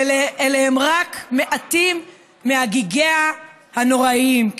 ואלה הם רק מעטים מהגיגיה הנוראיים,